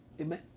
Amen